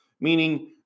meaning